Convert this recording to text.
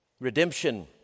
Redemption